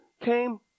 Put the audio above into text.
came